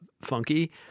funky